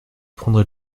prendrai